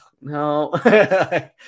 no